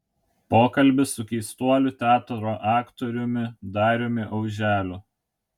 pokalbis su keistuolių teatro aktoriumi dariumi auželiu